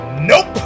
Nope